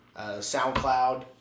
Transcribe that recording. SoundCloud